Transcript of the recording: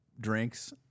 drinks